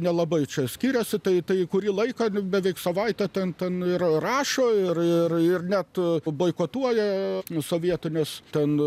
nelabai čia skiriasi tai tai kurį laiką beveik savaitę ten ten ir rašo ir ir net boikotuoja sovietų nes ten